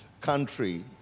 country